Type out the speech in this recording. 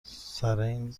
سرین